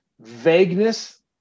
vagueness